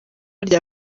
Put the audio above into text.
rya